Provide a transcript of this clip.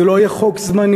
זה לא יהיה חוק זמני,